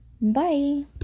Bye